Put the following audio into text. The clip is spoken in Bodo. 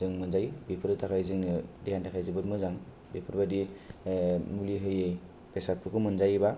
बेफोरनि थाखाय जोंनो देहानि थाखाय जोबोत मोजां बेफोर बादि मुलि होयै बेसादफोरखौ मोनजायो बा